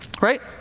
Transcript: right